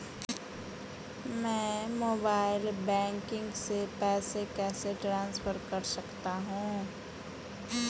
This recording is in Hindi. मैं मोबाइल बैंकिंग से पैसे कैसे ट्रांसफर कर सकता हूं?